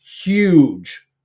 huge